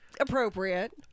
appropriate